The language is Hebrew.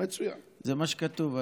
זה מה שכתוב.